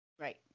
Right